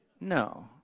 No